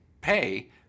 pay